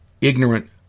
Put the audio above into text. ignorant